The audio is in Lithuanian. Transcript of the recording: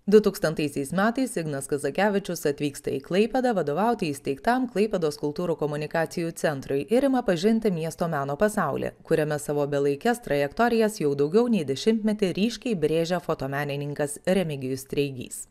dutūkstantaisiais metais ignas kazakevičius atvyksta į klaipėdą vadovauti įsteigtam klaipėdos kultūrų komunikacijų centrui ir ima pažinti miesto meno pasaulį kuriame savo belaikias trajektorijas jau daugiau nei dešimtmetį ryškiai brėžia fotomenininkas remigijus treigys